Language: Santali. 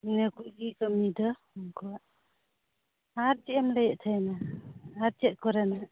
ᱱᱤᱭᱟᱹ ᱠᱚᱜᱮ ᱠᱟᱹᱢᱤ ᱫᱚ ᱩᱱᱠᱩᱣᱟᱜ ᱟᱨ ᱪᱮᱫ ᱮᱢ ᱞᱟᱹᱭᱮᱫ ᱛᱟᱦᱮᱱᱟ ᱟᱨ ᱪᱮᱫ ᱠᱚᱨᱮᱱᱟᱜ